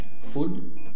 food